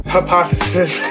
Hypothesis